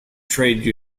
trade